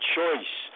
choice